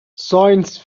science